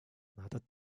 надад